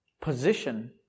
position